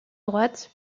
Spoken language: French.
droite